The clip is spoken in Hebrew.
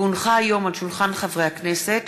כי הונחה היום על שולחן הכנסת,